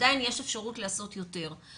עדיין יש אפשרות לעשות יותר.